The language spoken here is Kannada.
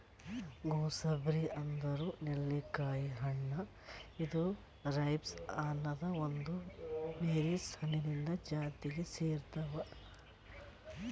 ಗೂಸ್ಬೆರ್ರಿ ಅಂದುರ್ ನೆಲ್ಲಿಕಾಯಿ ಹಣ್ಣ ಇದು ರೈಬ್ಸ್ ಅನದ್ ಒಂದ್ ಬೆರೀಸ್ ಹಣ್ಣಿಂದ್ ಜಾತಿಗ್ ಸೇರ್ತಾವ್